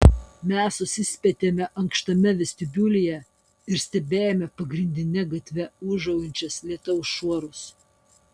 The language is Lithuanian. mes susispietėme ankštame vestibiulyje ir stebėjome pagrindine gatve ūžaujančius lietaus šuorus